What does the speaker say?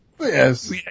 Yes